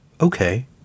Okay